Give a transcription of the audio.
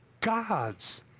God's